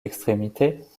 extrémités